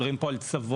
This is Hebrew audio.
מדברים פה על צבוע,